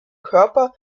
körper